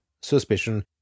suspicion